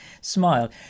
smile